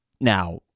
Now